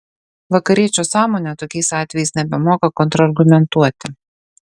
vakariečio sąmonė tokiais atvejais nebemoka kontrargumentuoti